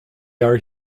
are